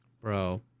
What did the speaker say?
Bro